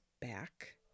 back